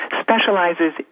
specializes